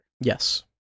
Yes